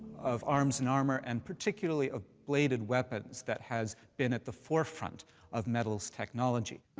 of arms and armor, and particularly of bladed weapons that has been at the forefront of metals technology.